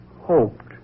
hoped